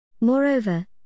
Moreover